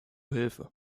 hilfe